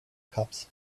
cups